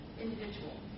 individual